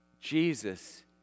Jesus